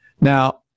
Now